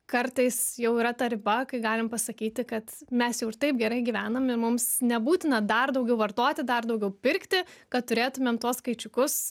kartais jau yra ta riba kai galim pasakyti kad mes jau ir taip gerai gyvenam ir mums nebūtina dar daugiau vartoti dar daugiau pirkti kad turėtumėm tuos skaičiukus